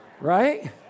Right